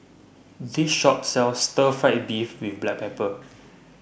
This Shop sells Stir Fried Beef with Black Pepper